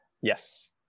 Yes